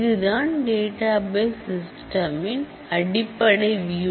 இதுதான் database system இன் அடிப்படை வியூ